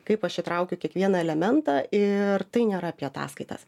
kaip aš įtraukiu kiekvieną elementą ir tai nėra apie ataskaitas